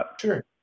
Sure